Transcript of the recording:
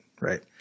right